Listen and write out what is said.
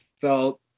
felt